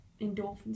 endorphins